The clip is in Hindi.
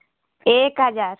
एक हज़ार